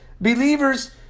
believers